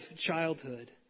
childhood